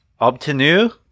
obtenu